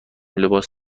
لباس